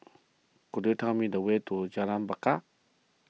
could you tell me the way to Jalan Bungar